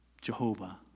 Jehovah